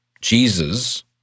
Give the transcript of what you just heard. Jesus